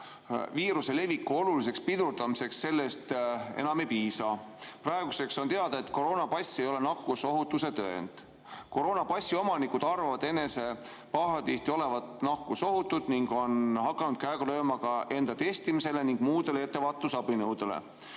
viiruse leviku oluliseks pidurdamiseks sellest enam ei piisa. Praeguseks on teada, et koroonapass ei ole nakkusohutuse tõend. Koroonapassi omanikud arvavad pahatihti enese olevat nakkusohutud ning on hakanud käega lööma ka testimisele ning muudele ettevaatusabinõudele.